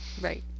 right